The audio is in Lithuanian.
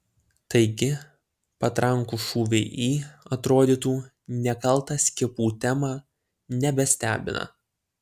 taigi patrankų šūviai į atrodytų nekaltą skiepų temą nebestebina